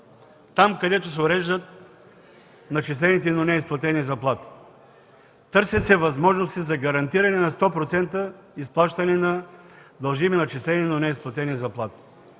245, където се уреждат начислените, но неизплатени заплати. Търсят се възможности за гарантиране на 100% изплащане на дължими начислени, но неизплатени заплати.